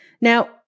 Now